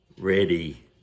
ready